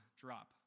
drop